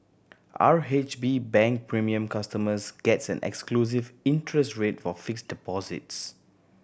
R H B Bank Premier customers gets an exclusive interest rate for fixed deposits